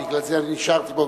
בגלל זה נשארתי פה,